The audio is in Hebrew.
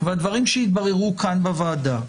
והדברים שהתבררו כאן בוועדה,